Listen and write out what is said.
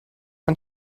ein